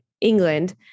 England